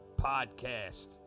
podcast